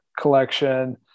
collection